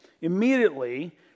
immediately